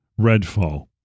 redfall